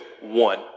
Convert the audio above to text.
One